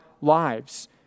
lives